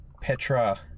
Petra